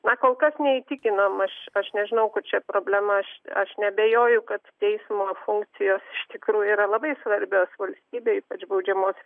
na kol kas neįtikinam aš aš nežinau kur čia problema aš aš neabejoju kad teismo funkcijos iš tikrųjų yra labai svarbios valstybei ypač baudžiamosios